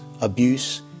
abuse